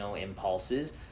impulses